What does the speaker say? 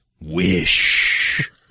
wish